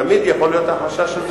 תמיד יכול להיות החשש הזה.